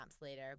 later